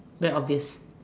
very obvious